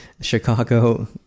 Chicago